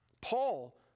Paul